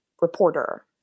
reporter